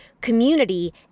community